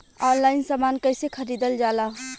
Online समान कैसे खरीदल जाला?